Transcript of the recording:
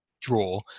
draw